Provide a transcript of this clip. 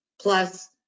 plus